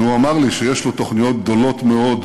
והוא אמר לי שיש לו תוכניות גדולות מאוד,